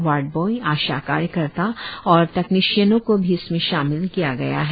ward boy ASHA कार्यकर्ता और तकनीशियनों को भी इसमें शामिल किया गया है